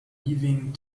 leaving